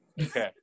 Okay